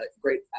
great